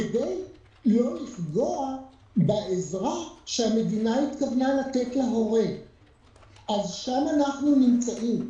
כדי לא לפגוע בעזרה שהמדינה התכוונה לתת להורה - אז שם אנחנו נמצאים.